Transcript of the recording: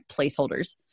placeholders